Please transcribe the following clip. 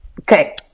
Okay